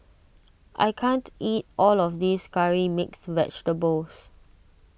I can't eat all of this Curry Mixed Vegetables